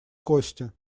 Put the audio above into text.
кости